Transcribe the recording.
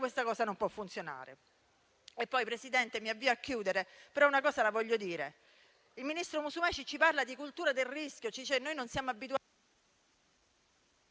questa cosa non può funzionare. Presidente, mi avvio a chiudere, però una cosa la voglio dire: il ministro Musumeci ci parla di cultura del rischio e ci dice che non siamo abituati...